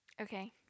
Okay